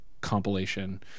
compilation